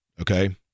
okay